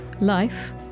life